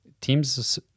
Teams